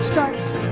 starts